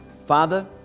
Father